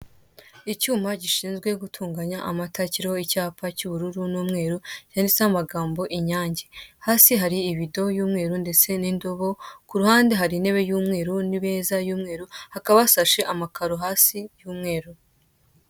Icyuma gishinzwe gutungaya amata, kiriho icyapa cy'ubururu n'umweru, cyanditseho amagambo "Inyange". Hasi hari ibido y'umweru ndetse n'indobo, ku ruhande hari intebe y'umweru n'imeza y'umweru, hakaba hasashe amakaro hasi y'umweru.